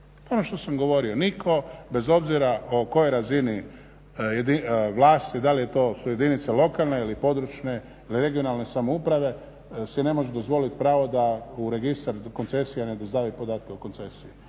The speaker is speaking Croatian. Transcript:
Ono što sam govorio, nitko bez obzira o kojoj razini vlasti, da li je to su jedinice lokalne ili područne ili regionalne samouprave, si ne može dozvoliti pravo da u registar koncesija ne dostavi podatke o koncesiji.